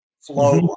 flow